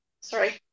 Sorry